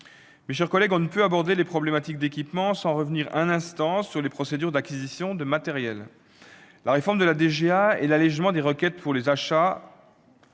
Mes chers collègues, on ne peut pas aborder les problématiques d'équipements sans revenir un instant sur les procédures d'acquisition de matériels. La réforme de la DGA et l'allégement des requêtes pour les achats